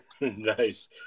Nice